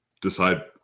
decide